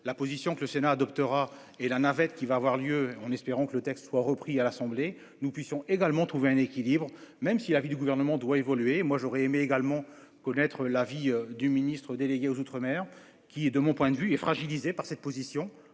la position que le Sénat adoptera et la navette qui va avoir lieu on, espérons que le texte soit repris à l'Assemblée nous puissions également trouver un équilibre. Même si l'avis du gouvernement doit évoluer. Moi j'aurais aimé également connaître l'avis du ministre délégué aux Outre-mer qui est de mon point de vue est fragilisée par cette position